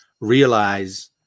realize